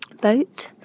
boat